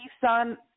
son